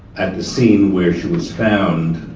at the scene where she was found